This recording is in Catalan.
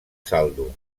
saldo